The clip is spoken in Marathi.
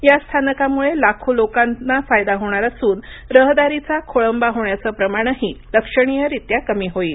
या स्थानकामुळे लाखो लोकांना फायदा होणार असून रहदारीचा खोळंबा होण्याचं प्रमाणही लक्षणीयरीत्या कमी होईल